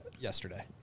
yesterday